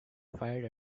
fired